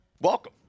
Welcome